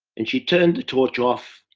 and she turned the torch off,